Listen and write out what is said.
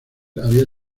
había